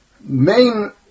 main